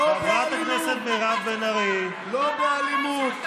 לא באלימות.